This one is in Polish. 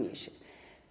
Nie